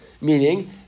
meaning